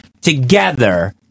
together